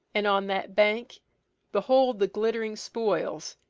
and on that bank behold the glitt'ring spoils,